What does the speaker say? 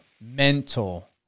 mental